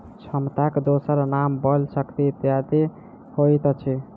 क्षमताक दोसर नाम बल, शक्ति इत्यादि होइत अछि